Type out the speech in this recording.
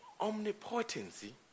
omnipotency